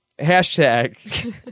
hashtag